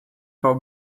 for